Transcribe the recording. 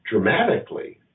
dramatically